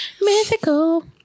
Mythical